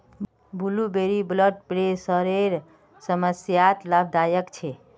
blueberry blood प्रेशरेर समस्यात लाभदायक छे